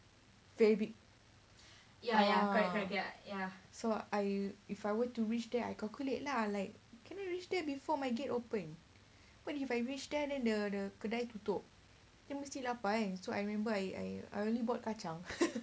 very big ah so I if I were to reach there I calculate lah like cannot reach there before my gate open what if I reach there then the the kedai tutup then mesti lapar kan so I remember I I I only bought kacang